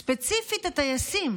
ספציפית הטייסים,